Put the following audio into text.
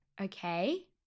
Okay